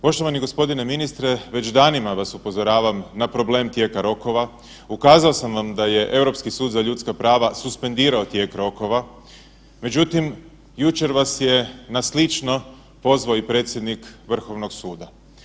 Poštovani gospodine ministre već danima vas upozoravam na problem tijeka rokova, ukazao sam vam da je Europski sud za ljudska prava suspendirao tijek rokova, međutim jučer vas je na slično pozvao i predsjednik Vrhovnog suda.